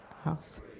house